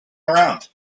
around